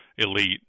Elite